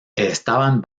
estaban